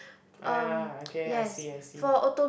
ah okay I see I see